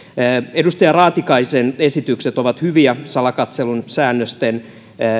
edustaja raatikaisen esitykset ovat hyviä salakatselun säännösten